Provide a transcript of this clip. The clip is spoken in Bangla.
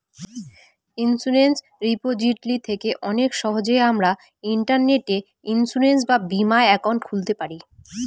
ইন্সুরেন্স রিপোজিটরি থেকে অনেক সহজেই আমরা ইন্টারনেটে ইন্সুরেন্স বা বীমা একাউন্ট খুলতে পারি